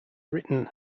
written